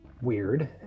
weird